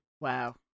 Wow